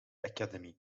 academy